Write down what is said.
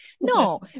No